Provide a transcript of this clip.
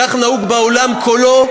כך נהוג בעולם כולו,